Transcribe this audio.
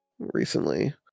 Recently